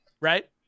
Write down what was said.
right